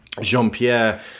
Jean-Pierre